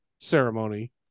ceremony